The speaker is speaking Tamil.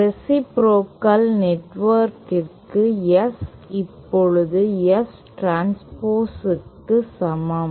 ரேசிப்ரோகல் நெட்வொர்க் S இப்போது S டிரான்ஸ்போஸுக்கு சமம்